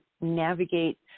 navigate